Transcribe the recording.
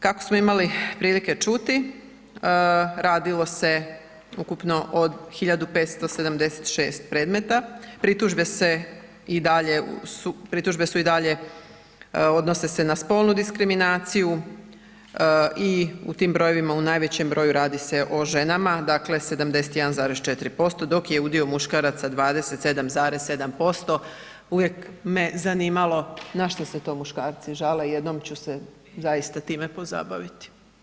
Kako smo imali prilike čuti, radilo se ukupno o 1576 predmeta, pritužbe i dalje odnose se na spolnu diskriminaciju i u tim brojevima, u najvećem broju radi se o ženama, dakle 71,4% dok je udio muškaraca 27,7%, uvijek me zanimalo na što se to muškarci žale, jednom ću se zaista time pozabaviti.